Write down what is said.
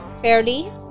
fairly